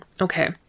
okay